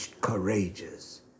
courageous